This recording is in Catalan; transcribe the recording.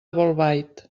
bolbait